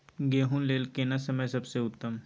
गेहूँ लेल केना समय सबसे उत्तम?